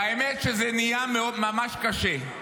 והאמת היא שזה נהיה ממש קשה.